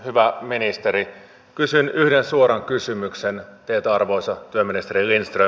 hyvä ministeri kysyn yhden suoran kysymyksen teiltä arvoisa työministeri lindström